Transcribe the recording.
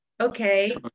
Okay